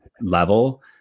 level